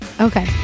Okay